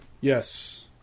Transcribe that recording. Yes